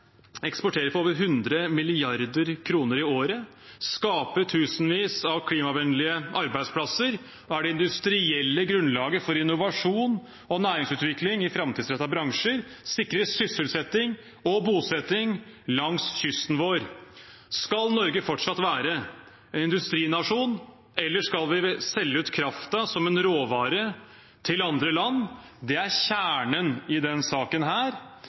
eksporterer for over 100 mrd. kr i året, skaper tusenvis av klimavennlige arbeidsplasser, er det industrielle grunnlaget for innovasjon og næringsutvikling i framtidsrettede bransjer og sikrer sysselsetting og bosetting langs kysten vår. Skal Norge fortsatt være en industrinasjon, eller skal vi selge ut kraften som en råvare til andre land? Det er kjernen i denne saken, og her